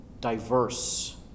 diverse